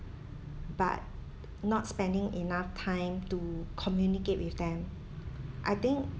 but not spending enough time to communicate with them I think